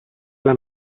alla